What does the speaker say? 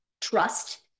trust